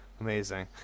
Amazing